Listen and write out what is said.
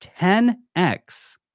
10x